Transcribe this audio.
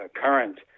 current